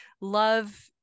love